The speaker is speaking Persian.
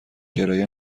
کرایه